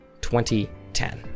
2010